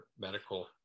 medical